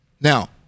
Now